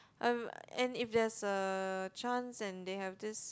uh and if there is a chance and they have this